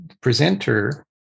presenter